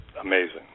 amazing